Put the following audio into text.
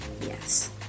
Yes